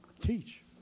teach